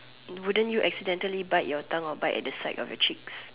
wouldn't you accidentally bite your tongue or bite at the side of your cheeks